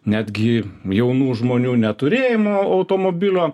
netgi jaunų žmonių neturėjimo automobilio